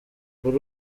kuri